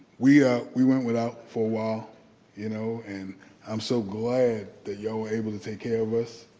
we ah we went without for awhile you know and i'm so glad that you're able to take care of us.